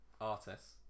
artists